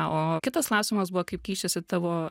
o kitas klausimas buvo kaip keičiasi tavo